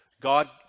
God